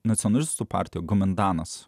nacionalistų partija gomendanas